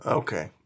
okay